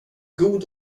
god